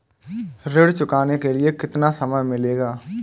ऋण चुकाने के लिए कितना समय मिलेगा?